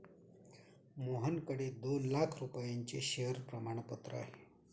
मोहनकडे दोन लाख रुपयांचे शेअर प्रमाणपत्र आहे